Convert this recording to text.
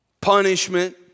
punishment